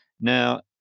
Now